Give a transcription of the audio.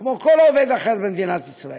כמו כל עובד אחר במדינת ישראל.